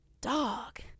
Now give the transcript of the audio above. Dog